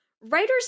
writers